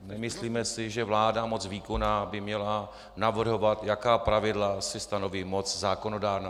Nemyslíme si, že vláda, moc výkonná, by měla navrhovat, jaká pravidla si stanoví moc zákonodárná.